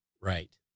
Right